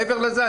מעבר לזה,